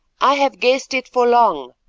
i have guessed it for long,